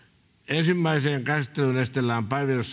ensimmäiseen käsittelyyn esitellään päiväjärjestyksen